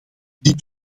dit